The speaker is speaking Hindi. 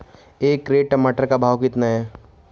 एक कैरेट टमाटर का भाव कितना है?